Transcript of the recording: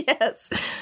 Yes